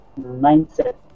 mindset